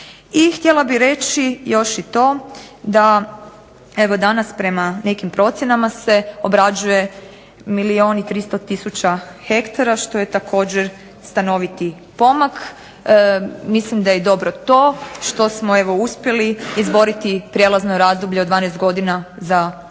htjela bih reći još i to da evo danas prema nekim procjenama se obrađuje milijon i 300 tisuća hektara, što je također stanoviti pomak. Mislim da je dobro to što smo evo uspjeli izboriti prijelazno razdoblje od 12 godina za prodaju